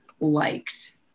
liked